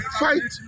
fight